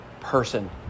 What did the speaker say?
person